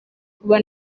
kuba